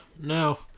No